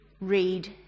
read